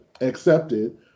accepted